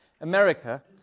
America